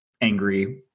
angry